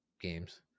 games